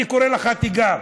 אני קורא עליך תיגר.